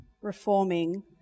reforming